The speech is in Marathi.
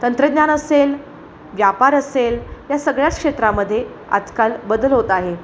तंत्रज्ञान असेल व्यापार असेल या सगळ्याच क्षेत्रामध्ये आजकाल बदल होत आहे